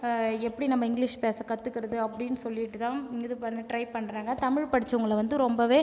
எப்படி நம்ம இங்கிலீஷ் பேச கற்றுகிறது அப்படின்னு சொல்லிவிட்டு தான் இது பண்ண ட்ரை பண்ணுறாங்க தமிழ் படிச்சவங்களை வந்து